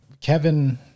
Kevin